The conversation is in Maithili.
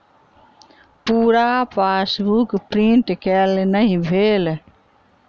पूरा पासबुक प्रिंट केल नहि भेल